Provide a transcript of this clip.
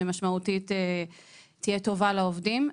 שמשמעותית תהיה טובה לעובדים,